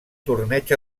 torneig